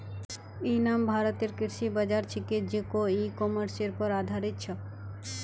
इ नाम भारतेर कृषि बाज़ार छिके जेको इ कॉमर्सेर पर आधारित छ